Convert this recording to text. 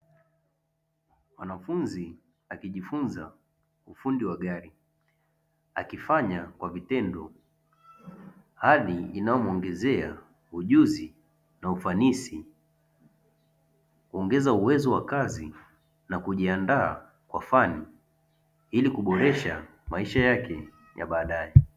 Mwanafunzi akijifunza ufundi wa gari, akifanya kwa vitendo hali inayomuongezea ujuzi na ufanisi, kuongeza uwezo wa kazi na kujiandaa kwa fani ili kuboresha maisha yake ya badae.